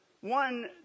one